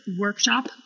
Workshop